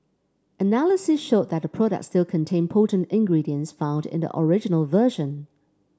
analysis showed that the products still contained potent ingredients found in the original version